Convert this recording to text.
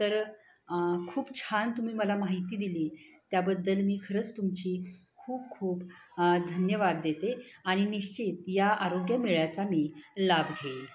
तर खूप छान तुम्ही मला माहिती दिली त्याबद्दल मी खरंच तुमची खूप खूप धन्यवाद देते आणि निश्चित या आरोग्य मेळ्याचा मी लाभ घेईल